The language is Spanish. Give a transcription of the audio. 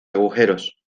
agujeros